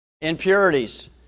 impurities